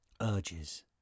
urges